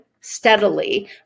steadily